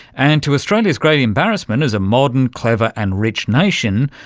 and to australia's great embarrassment as a modern, clever and rich nation,